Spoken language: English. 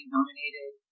Nominated